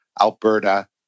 Alberta